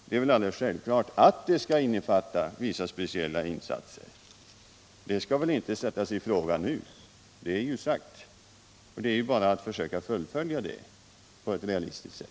Det är väl alldeles självklart att förslaget skall innefatta vissa speciella insatser. Det skall väl inte sättas i fråga nu. Det är ju sagt. Det är bara att försöka fullfölja det på ett realistiskt sätt.